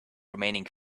remaining